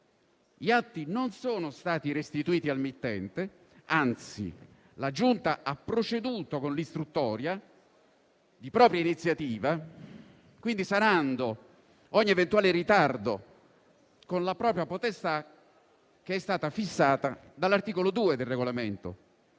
gli atti non sono stati restituiti al mittente. Anzi, la Giunta ha proceduto con l'istruttoria di propria iniziativa, sanando quindi ogni eventuale ritardo con la propria potestà, che è fissata dall'articolo 2 del citato regolamento.